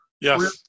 Yes